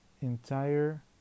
Entire